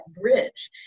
bridge